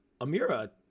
Amira